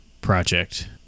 project